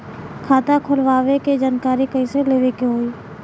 खाता खोलवावे के जानकारी कैसे लेवे के होई?